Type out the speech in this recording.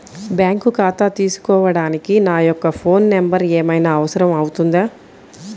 Bank ఖాతా తీసుకోవడానికి నా యొక్క ఫోన్ నెంబర్ ఏమైనా అవసరం అవుతుందా?